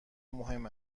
مهم